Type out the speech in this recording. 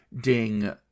ding